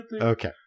Okay